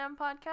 Podcast